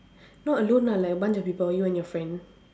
not alone lah like a bunch of people you and your friend